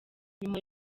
nyuma